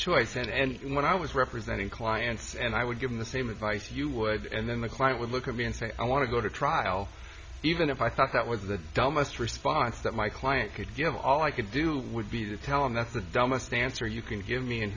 choice and when i was representing clients and i would give him the same advice you would and then the client would look at me and say i want to go to trial even if i thought that was the dumbest response that my client could you know all i could do would be tell him that's the dumbest answer you can give me an